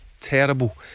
terrible